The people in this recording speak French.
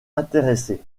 intéressée